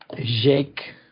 Jake